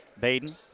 baden